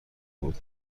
بود